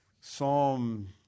Psalm